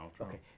Okay